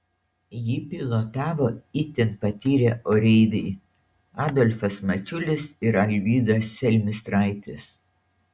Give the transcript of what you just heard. jį pilotavo itin patyrę oreiviai adolfas mačiulis ir alvydas selmistraitis